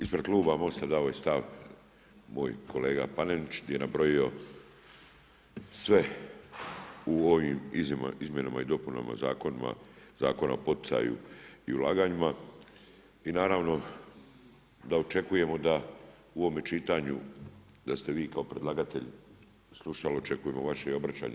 Ispred kluba Most-a dao je stav moj kolega Panenić gdje je nabrojao sve u ovim izmjenama i dopunama Zakona o poticaju i ulaganjima i naravno da očekujemo da u ovome čitanju da ste vi kao predlagatelj slušali očekujemo vaše obraćanje.